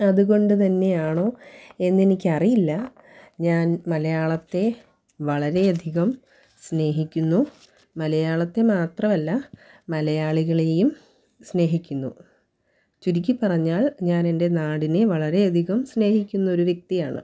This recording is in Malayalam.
അതുകൊണ്ട് തന്നെയാണോ എന്നെനിക്ക് അറിയില്ല ഞാൻ മലയാളത്തെ വളരെയധികം സ്നേഹിക്കുന്നു മലയാളത്തെ മാത്രമല്ല മലയാളികളെയും സ്നേഹിക്കുന്നു ചുരുക്കി പറഞ്ഞാൽ ഞാനെൻ്റെ നാടിനെ വളരെയധികം സ്നേഹിക്കുന്നൊരു വ്യക്തിയാണ്